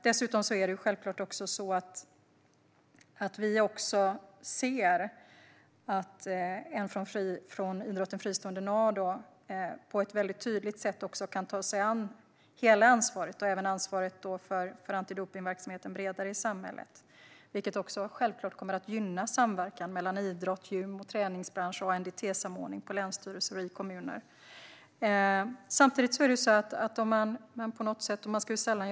Det är självklart att vi ser att en från idrotten fristående Nado på ett tydligt sätt kan ta hela ansvaret för antidopningsverksamheten bredare i samhället, vilket också kommer att gynna samverkan mellan idrott, gym, träningsbransch och ANDT-samordning i länsstyrelser och kommuner.